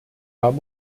haben